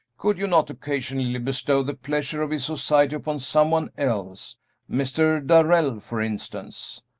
could you not occasionally bestow the pleasure of his society upon some one else mr. darrell, for instance?